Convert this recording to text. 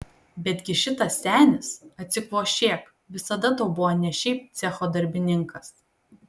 betgi šitas senis atsikvošėk visada tau buvo ne šiaip cecho darbininkas